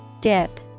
Dip